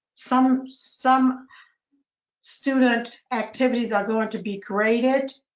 some some student activities are going to be graded.